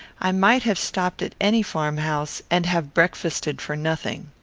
i might have stopped at any farm-house, and have breakfasted for nothing.